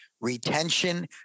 Retention